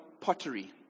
pottery